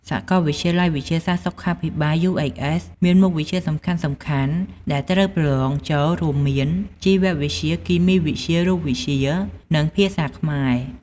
សាកលវិទ្យាល័យវិទ្យាសាស្ត្រសុខាភិបាល UHS មានមុខវិជ្ជាសំខាន់ៗដែលត្រូវប្រឡងចូលរួមមាន ជីវវិទ្យា គីមីវិទ្យា រូបវិទ្យា និងភាសាខ្មែរ។